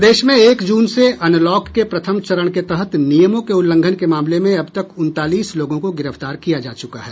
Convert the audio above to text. प्रदेश में एक जून से अनलॉक के प्रथम चरण के तहत नियमों के उल्लंघन के मामले में अब तक उनतालीस लोगों को गिरफ्तार किया जा चुका है